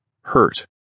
hurt